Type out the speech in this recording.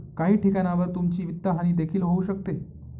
काही ठिकाणांवर तुमची वित्तहानी देखील होऊ शकते